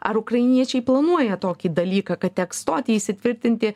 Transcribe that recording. ar ukrainiečiai planuoja tokį dalyką kad teks stoti įsitvirtinti